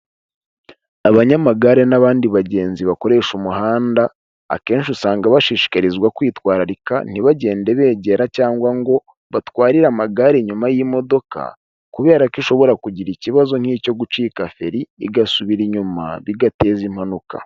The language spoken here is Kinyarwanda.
Abanyamagare n'abandi bagenzi bakoresha umuhanda akenshi usanga bashishikarizwa kwitwararika ntibagende begera cyangwa ngo batwarire amagare inyuma y'imodoka kubera ko ishobora kugira ikibazo nk'icyo gucika feri igasubira inyuma bigateza impanuka.